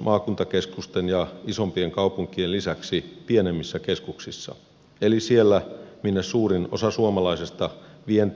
maakuntakeskusten ja isompien kaupunkien lisäksi myös pienemmissä keskuksissa eli siellä minne suurin osa suomalaisesta vientiä harjoittavasta pk yritysverkostosta on sijoittunut